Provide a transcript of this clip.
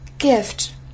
Gift